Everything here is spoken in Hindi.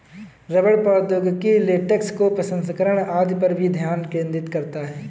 रबड़ प्रौद्योगिकी लेटेक्स के प्रसंस्करण आदि पर भी ध्यान केंद्रित करता है